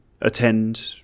attend